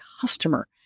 customer